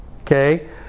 Okay